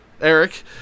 Eric